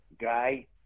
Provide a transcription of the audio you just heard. guy